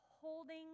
holding